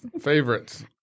Favorites